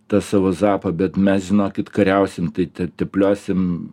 tą savo zapą bet mes žinokit kariausim tai te tepliosim